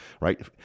right